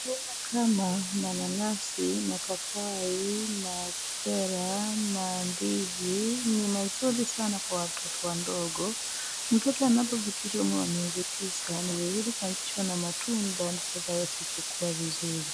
Tunda kama ,mananasi, mapapai, mapera, mandizi ni mazuri sana kwa watoto wadogo. Mtoto anapofikisha umri wa miezi tisa, ni vizuri kuanzishwa na matunda ndiposa aweze kukua vizuri.